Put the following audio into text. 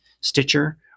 Stitcher